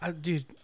Dude